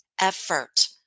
effort